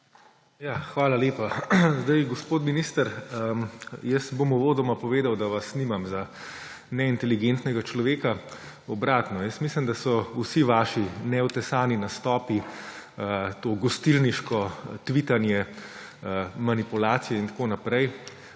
Hvala lepa. Gospod minister, uvodoma bom povedal, da vas nimam za neinteligentnega človeka. Obratno, mislim, da so vsi vaši neotesani nastopi, to gostilniško tvitanje, manipulacije in tako naprej